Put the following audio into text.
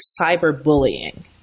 cyberbullying